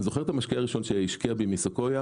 אני זוכר את המשקיע הראשון שהשקיע בי מסקויה,